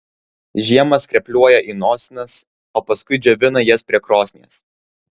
žiemą skrepliuoja į nosines o paskui džiovina jas prie krosnies